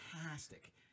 fantastic